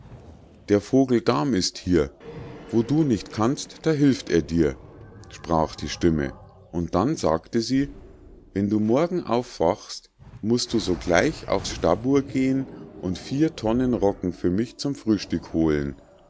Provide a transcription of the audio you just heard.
der vogel dam ist hier wo du nicht kannst da hilft er dir sprach die stimme und dann sagte sie wenn du morgen aufwachst musst du sogleich aufs stabur gehen und vier tonnen rocken für mich zum frühstück holen